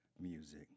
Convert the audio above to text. music